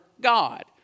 God